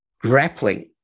grappling